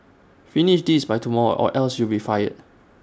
finish this by tomorrow or else you'll be fired